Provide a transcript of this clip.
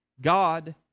God